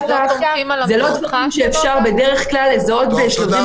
זה לא דברים שאפשר בדרך כלל לזהות בשלבים